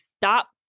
stop